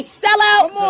sellout